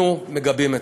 אנחנו מגבים אתכם.